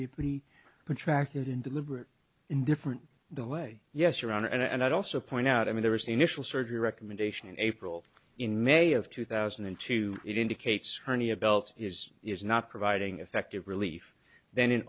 be pretty attractive in deliberate indifferent the way yes around and i'd also point out i mean there was the initial surgery recommendation in april in may of two thousand and two it indicates hernia belt is is not providing effective relief then in